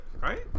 Right